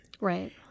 Right